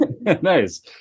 Nice